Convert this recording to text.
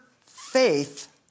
faith